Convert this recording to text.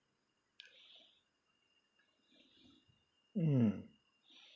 mm